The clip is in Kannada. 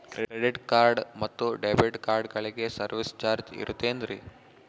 ಕ್ರೆಡಿಟ್ ಕಾರ್ಡ್ ಮತ್ತು ಡೆಬಿಟ್ ಕಾರ್ಡಗಳಿಗೆ ಸರ್ವಿಸ್ ಚಾರ್ಜ್ ಇರುತೇನ್ರಿ?